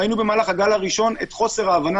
ראינו במהלך הגל הראשון את חוסר ההבנה